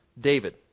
David